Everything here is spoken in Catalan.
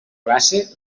classe